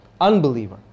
unbeliever